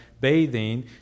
bathing